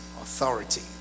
authority